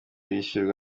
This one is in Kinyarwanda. byishyurwa